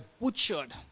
butchered